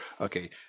okay